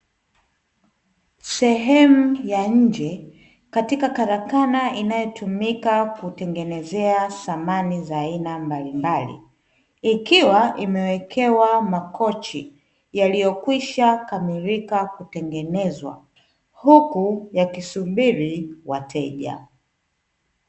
Sehemu ya nje katika karakana inayotumika kutengenezea samani za aina mbalimbali, ikiwa imewekewa makochi yaliyokwisha kamilika kutengenezwa huku yakisubiri wateja.